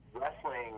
wrestling